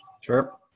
Sure